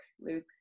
Luke